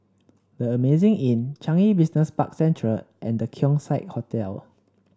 The Amazing Inn Changi Business Park Central and The Keong Saik Hotel